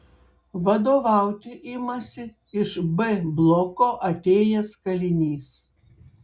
vadovauti imasi iš b bloko atėjęs kalinys